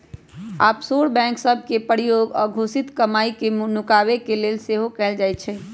offshore bank सभ के प्रयोग अघोषित कमाई के नुकाबे के लेल सेहो कएल जाइ छइ